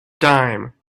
dime